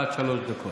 בבקשה, עד שלוש דקות.